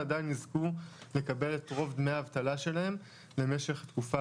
עדיין יזכו לקבל את רוב דמי האבטלה שלהם למשך התקופה